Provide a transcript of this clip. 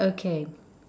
okay